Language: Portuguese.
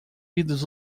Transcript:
vídeos